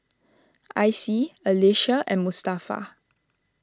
Icie Alysha and Mustafa